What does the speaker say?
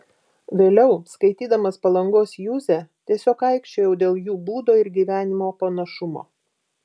vėliau skaitydamas palangos juzę tiesiog aikčiojau dėl jų būdo ir gyvenimo panašumo